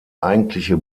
eigentliche